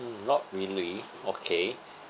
not really okay